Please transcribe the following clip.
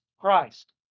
Christ